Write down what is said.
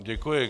Děkuji.